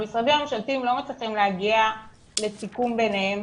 המשרדים הממשלתיים לא מצליחים להגיע לסיכום ביניהם